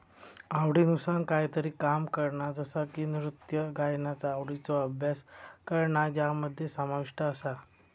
आवडीनुसार कायतरी काम करणा जसा की नृत्य गायनाचा आवडीचो अभ्यास करणा ज्यामध्ये समाविष्ट आसा